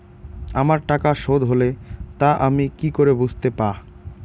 আমার টাকা শোধ হলে তা আমি কি করে বুঝতে পা?